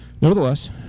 Nevertheless